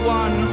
one